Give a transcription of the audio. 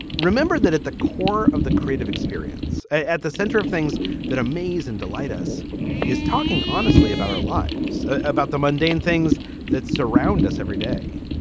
remember that at the core of the creative experience at the center of things that amaze and delight us is talking honestly about our lives, about the mundane things that surround us every day.